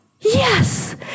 Yes